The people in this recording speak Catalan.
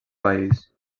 país